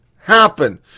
happen